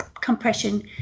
compression